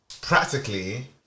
practically